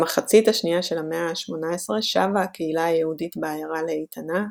במחצית השנייה של המאה ה-18 שבה הקהילה היהודית בעיירה לאיתנה,